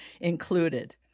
included